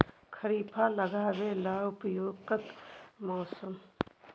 खरिफ लगाबे ला उपयुकत मौसम?